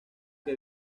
que